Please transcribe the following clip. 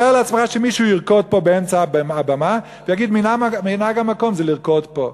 תאר לעצמך שמישהו ירקוד פה באמצע הבמה ויגיד: מנהג המקום זה לרקוד פה.